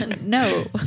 No